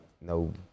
no